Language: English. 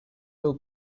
will